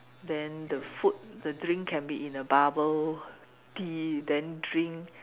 then the food the drink can be in a bubble tea then drink